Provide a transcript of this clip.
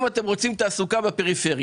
אם אתם רוצים תעסוקה בפריפריה,